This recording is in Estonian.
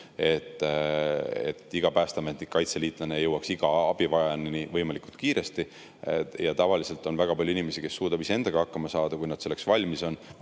et päästeametnikud või kaitseliitlased jõuaksid iga abivajajani võimalikult kiiresti. Tavaliselt on väga palju inimesi, kes suudavad iseendaga hakkama saada, kui nad selleks valmis on.